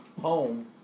home